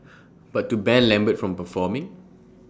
but to ban lambert from performing